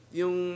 yung